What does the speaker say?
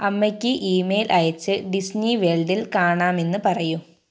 അമ്മയ്ക്ക് ഇമെയിൽ അയച്ചു ഡിസ്നി വേൾഡിൽ കാണാമെന്ന് പറയൂ